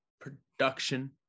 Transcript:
production